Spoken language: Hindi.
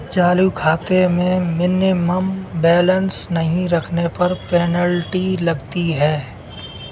चालू खाते में मिनिमम बैलेंस नहीं रखने पर पेनल्टी लगती है